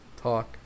Talk